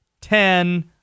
ten